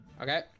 okay